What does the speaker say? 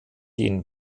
den